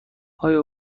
آیا